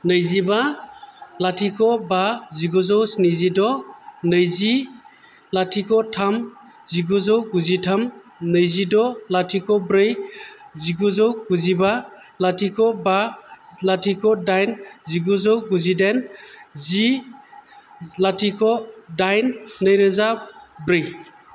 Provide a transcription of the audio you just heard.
नैजिबा लाथिख' बा जिगुजौ स्निजिद' नैजि लाथिख' थाम जिगुजौ गुजिथाम नैजिद' लाथिख' ब्रै जिगुजौ गुजिबा लाथिख' बा लाथिख' दाइन जिगुजौ गुजिदाइन जि लाथिख' दाइन नैरोजा ब्रै